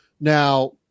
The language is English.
Now